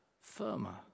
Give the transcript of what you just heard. firmer